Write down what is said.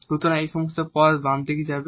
সুতরাং এই সমস্ত পদ বাম দিকে যাবে